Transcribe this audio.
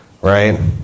Right